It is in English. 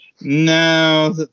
No